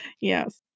Yes